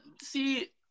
See